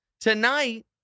Tonight